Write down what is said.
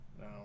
No